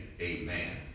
amen